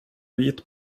vit